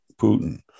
Putin